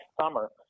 summer